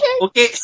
okay